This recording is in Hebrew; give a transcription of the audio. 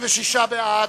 36 בעד,